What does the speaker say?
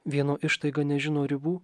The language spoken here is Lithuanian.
vieno ištaiga nežino ribų